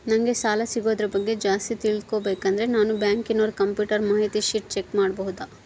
ನಂಗೆ ಸಾಲ ಸಿಗೋದರ ಬಗ್ಗೆ ಜಾಸ್ತಿ ತಿಳಕೋಬೇಕಂದ್ರ ನಾನು ಬ್ಯಾಂಕಿನೋರ ಕಂಪ್ಯೂಟರ್ ಮಾಹಿತಿ ಶೇಟ್ ಚೆಕ್ ಮಾಡಬಹುದಾ?